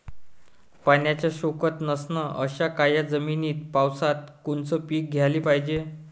पाण्याचा सोकत नसन अशा काळ्या जमिनीत पावसाळ्यात कोनचं पीक घ्याले पायजे?